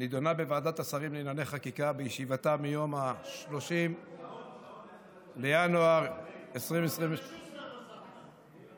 נדונה בוועדת השרים לענייני חקיקה בישיבתה מ-30 בינואר 2022. השעון.